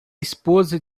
esposa